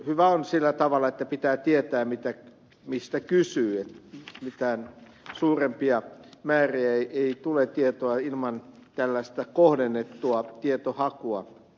hyvä on sillä tavalla että pitää tietää mistä kysyy että mitään suurempia määriä tietoa ei tule ilman tällaista kohdennettua tietohakua